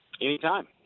Anytime